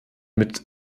mit